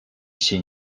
się